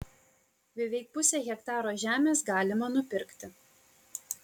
beveik pusę hektaro žemės galima nupirkti